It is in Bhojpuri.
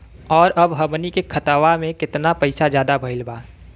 और अब हमनी के खतावा में कितना पैसा ज्यादा भईल बा?